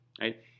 right